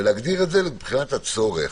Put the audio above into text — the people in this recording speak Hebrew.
ולהגדיר את זה מבחינת הצורך.